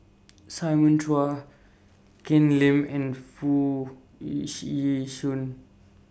Simon Chua Ken Lim and Foo Yu Yee Shoon